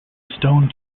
stoned